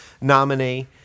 nominee